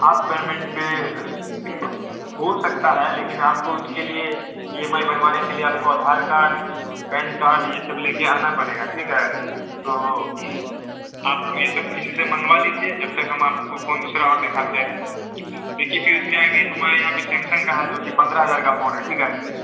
half payment पर हो सकता है लेकिन आपको इसके लिए एम आई बनवाने के लिए आपको आधार कार्ड पैन कार्ड ये सब लेकर आना पड़ेगा ठीक है तो आप ये सब चीज़ किसी से मंगवा लीजिए जब तक हम आपको फोन दूसरा और दिखाते हैं देखिए फिर इसके आगे हमारे यहाँ भी सैमसंग का है जो की पंद्रह हज़ार का फोन है ठीक है